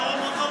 ירום הודו,